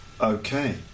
Okay